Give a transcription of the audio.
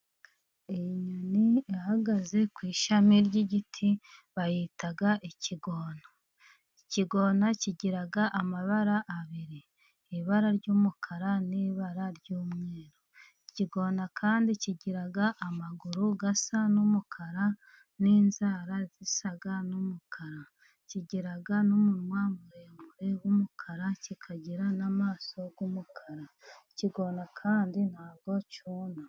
Inyoni ihagaze ku ishami ry'igiti bayita ikigona. Ikigona kigira amabara abiri, ibara ry'umukara n'ibara ry'umweru. Ikigona kandi kigira amaguru asa n'umukara n'inzara zisa n'umukara, kigira n'umunwa muremure w'umukara, kikagira n'amaso y'umukara, ikigona kandi ntabwo cyona.